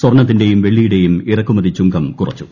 സ്വർണത്തിന്റേയും വെള്ളിയുടേയും ഇറക്കുമതി ചുങ്കം കുറച്ചു